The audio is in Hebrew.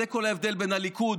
וזה כל ההבדל מהליכוד,